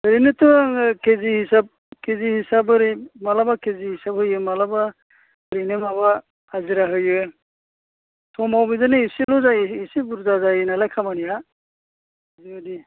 ओरैनोथ' आं केजि हिसाब केजि हिसाब ओरै मालाबा केजि हिसाब होयो मालाबा ओरैनो माबा हाजिरा होयो समाव बिदिनो इसेल' जायो इसे बुरजा जायो नालाय खामानिया बेबादि